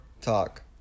talk